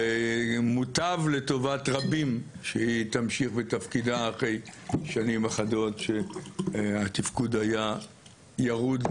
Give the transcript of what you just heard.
מוטב לטובת רבים שהיא תמשיך בתפקידה אחרי שנים אחדות שהתפקוד היה ירוד,